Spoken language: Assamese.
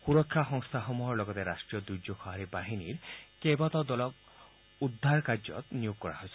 সুৰক্ষা সংস্থাসমূহৰ লগতে ৰট্টীয় দুৰ্যোগ সহাৰি বাহিনীৰ কেইবাটাও দলক উদ্ধাৰ কাৰ্যত নিয়োগ কৰা হৈছে